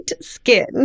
skin